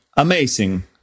Amazing